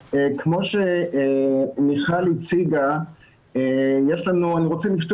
אבל ההידבקות שלהם הייתה אנחנו יכולים להגיד